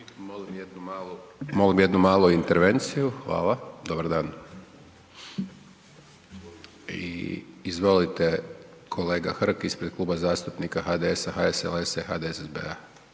molim jednu malu intervenciju, hvala, dobar dan. Izvolite kolega Hrg ispred Kluba zastupnika HDS-a, HSLS-a i HDSSB-a.